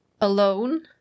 alone